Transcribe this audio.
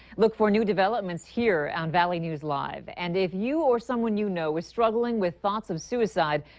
look for new developments here on valley news live. and if you or someone you know is struggling with thoughts of suicide,